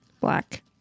Black